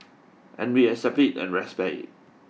and we accept it and respect it